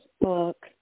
book